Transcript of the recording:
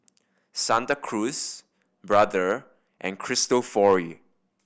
Santa Cruz Brother and Cristofori